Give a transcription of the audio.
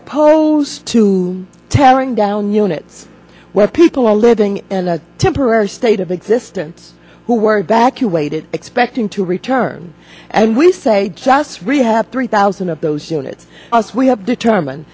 opposed to tearing down unit where people are living in a temporary state of existence who were evacuated expecting to return and we say just three have three thousand of those units as we have determined